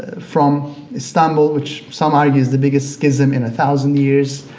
from istanbul, which some argue is the biggest schism in a thousand years,